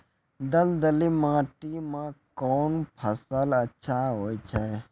दलदली माटी म कोन फसल अच्छा होय छै?